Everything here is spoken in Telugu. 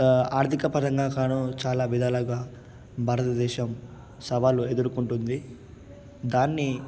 ఆర్థికపరంగా కాను చాలా విధాలుగా భారతదేశం సవాలు ఎదుర్కొంటుంది దాన్ని